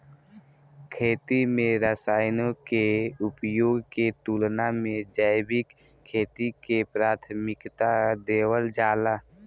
खेती में रसायनों के उपयोग के तुलना में जैविक खेती के प्राथमिकता देवल जाला